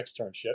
externship